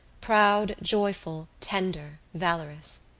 proud, joyful, tender, valorous.